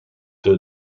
the